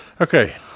Okay